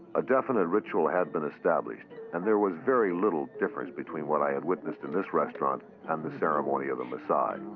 a definite ritual had been established, and there was very little difference between what i had witnessed in this restaurant and the ceremony of the masai.